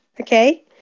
Okay